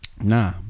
Nah